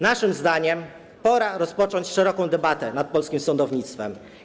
Naszym zdaniem pora rozpocząć szeroką debatę nad polskim sądownictwem.